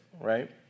right